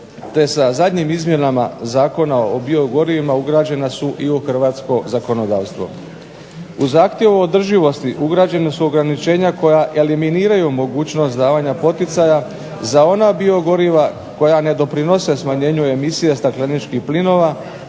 te sa zadnjim izmjenama Zakona o biogoriva ugrađena su i u hrvatsko zakonodavstvo. U zahtjevu održivosti ugrađena su ograničenja koja eliminiraju mogućnost davanja poticaja za ona biogoriva koja ne doprinose smanjenju emisija stakleničkih plinova